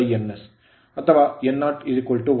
s0 0